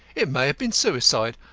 it may have been suicide.